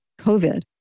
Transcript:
COVID